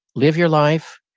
live your life,